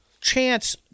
Chance